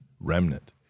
remnant